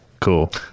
Cool